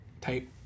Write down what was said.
type